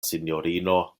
sinjorino